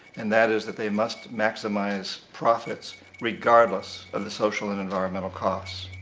and that is that they must maximize profits regardless of the social and environmental costs.